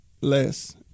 less